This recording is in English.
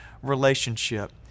relationship